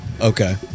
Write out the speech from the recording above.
Okay